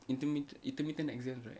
intermi~ intermittent exams right